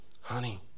Honey